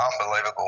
unbelievable